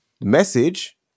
message